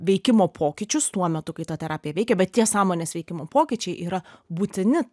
veikimo pokyčius tuo metu kai ta terapija veikia bet tie sąmonės veikimo pokyčiai yra būtini